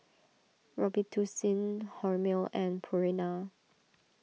Robitussin Hormel and Purina